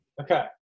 Okay